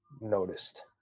noticed